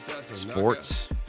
sports